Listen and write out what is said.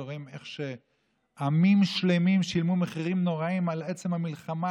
ורואים איך עמים שלמים שילמו מחירים נוראיים על עצם המלחמה,